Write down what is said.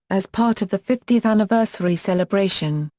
as part of the fiftieth anniversary celebration,